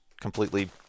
completely